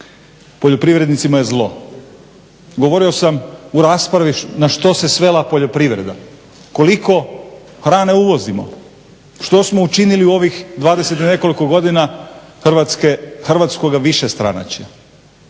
poljoprivrednicima je zlo. Govorio sam u raspravi na što se svela poljoprivreda, koliko hrane uvozimo, što smo učinili u ovih 20 i nekoliko godina hrvatskoga višestranačja,